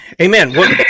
Amen